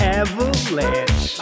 avalanche